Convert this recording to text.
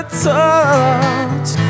touch